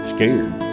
Scared